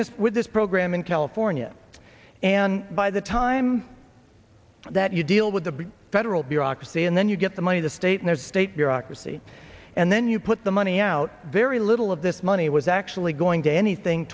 this with this program in california and by the time that you deal with the federal bureaucracy and then you get the money the state in a state bureaucracy and then you put the money out very little of this money was actually going to anything